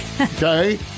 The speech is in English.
Okay